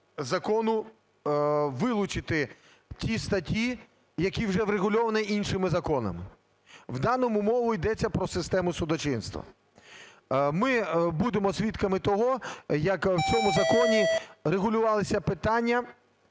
закону вилучити ті статті, які вже врегульовані іншими законами. В даному мова йдеться про систему судочинства. Ми будемо свідками того, як в цьому законі регулювалися питання,